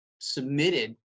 submitted